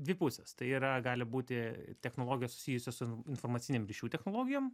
dvipusės tai yra gali būti technologijos susijusios su informacinėm ryšių technologijom